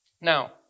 Now